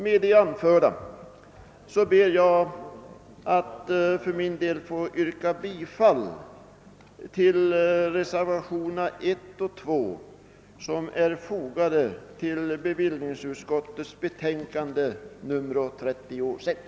Med det anförda ber jag att för min del få yrka bifall till reservationerna 1 och 2 vid bevillningsutskottets betänkande nr 36.